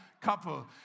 couple